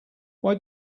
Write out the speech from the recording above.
why